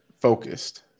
Focused